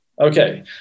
Okay